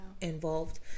involved